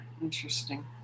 interesting